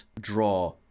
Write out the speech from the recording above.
draw